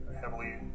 heavily